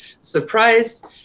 surprise